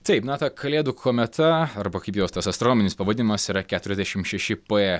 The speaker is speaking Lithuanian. taip na ta kalėdų kometa arba kaip jos tas astronominis pavadinimas yra keturiasdešim šeši p